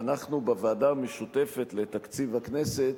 ואנחנו, בוועדה המשותפת לתקציב הכנסת,